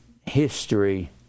history